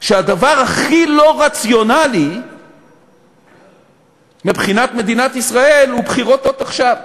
שהדבר הכי לא רציונלי מבחינת מדינת ישראל הוא בחירות עכשיו.